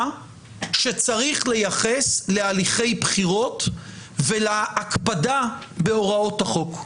שצריך לייחס להליכי בחירות ולהקפדה בהוראות החוק.